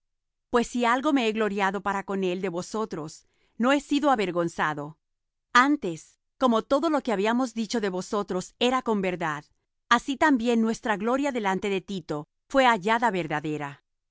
pues si algo me he gloriado para con él de vosotros no he sido avergonzado antes como todo lo que habíamos dicho de vosotros era con verdad así también nuestra gloria delante de tito fué hallada verdadera